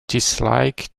dislike